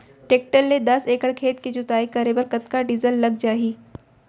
Tractor ले दस एकड़ खेत के जुताई करे बर कतका डीजल लग जाही?